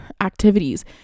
activities